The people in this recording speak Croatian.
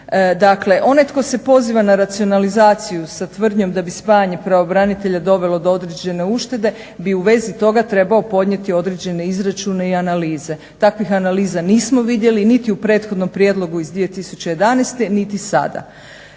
Dakle, onaj tko se poziva na racionalizaciju s tvrdnjom da bi spajanje pravobranitelja dovelo do određene uštede bi u vezi toga trebao podnijeti određeni izračune i analize. Takvih analiza nismo vidjeli niti u prethodnom prijedlogu iz 2011. niti sada.